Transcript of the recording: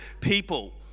people